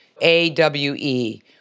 A-W-E